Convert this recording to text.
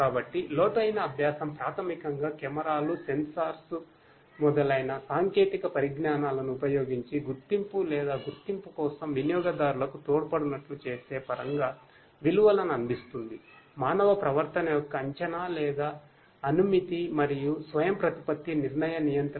కాబట్టి లోతైన అభ్యాసం ప్రాథమికంగా కెమెరాలు సెన్సార్లు మొదలైన సాంకేతిక పరిజ్ఞానాలను ఉపయోగించి గుర్తింపు లేదా గుర్తించుట కోసం వినియోగదారులకు తోడ్పడునట్లు చేసే పరంగా విలువలను అందిస్తుంది మానవ ప్రవర్తన యొక్క అంచనా లేదా అనుమితి మరియు స్వయంప్రతిపత్తి నిర్ణయ నియంత్రణ